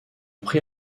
prit